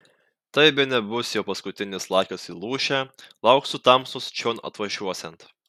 tai bene bus jau paskutinis laiškas į lūšę lauksiu tamstos čion atvažiuosiant